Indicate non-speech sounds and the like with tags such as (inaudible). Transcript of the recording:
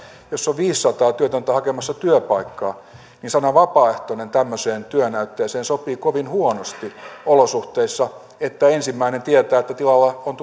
jos on viisisataa työtöntä hakemassa työpaikkaa niin sana vapaaehtoinen tämmöiseen työnäytteeseen sopii kovin huonosti olosuhteissa joissa ensimmäinen tietää että tilalle on (unintelligible)